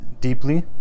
deeply